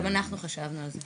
גם אנחנו חשבנו על זה.